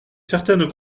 certaines